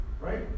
Right